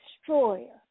destroyer